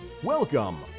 Welcome